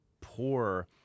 poor